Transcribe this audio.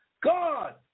God